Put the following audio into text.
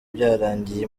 byarangiye